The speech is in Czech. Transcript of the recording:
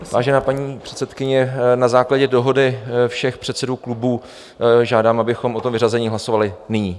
Vážená paní předsedkyně, na základě dohody všech předsedů klubů žádám, abychom o tom vyřazení hlasovali nyní.